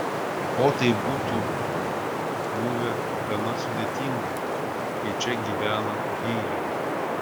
o tai būtų buvę gana sudėtinga kai čia gyvena heilė